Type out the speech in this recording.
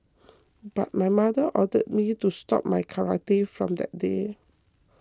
but my mother ordered me to stop my karate from that day